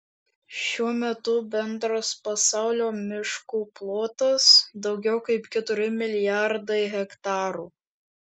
šiuo metu bendras pasaulio miškų plotas daugiau kaip keturi milijardai hektarų